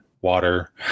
water